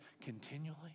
continually